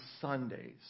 Sundays